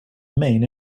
main